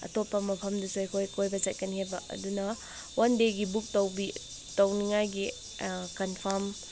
ꯑꯇꯣꯞꯄ ꯃꯐꯝꯗꯁꯨ ꯑꯩꯈꯣꯏ ꯀꯣꯏꯕ ꯆꯠꯀꯅꯤ ꯍꯥꯏꯕ ꯑꯗꯨꯅ ꯋꯥꯟ ꯗꯦꯒꯤ ꯕꯨꯛ ꯇꯧꯕꯤ ꯇꯧꯅꯤꯡꯉꯥꯏꯒꯤ ꯀꯟꯐꯥꯝ